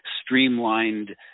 streamlined